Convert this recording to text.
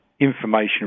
information